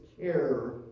care